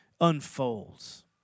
unfolds